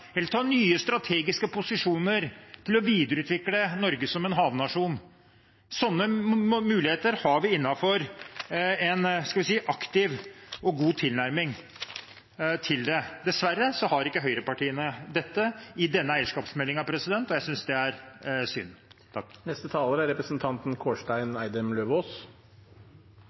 ta nye strategiske posisjoner for å videreutvikle Norge som havnasjon. Sånne muligheter har vi innenfor en aktiv og god tilnærming til det. Dessverre har ikke høyrepartiene dette i denne eierskapsmeldingen, og det synes jeg er synd. Debatten fikk jo litt varme helt på tampen, og da ble jeg litt inspirert av representanten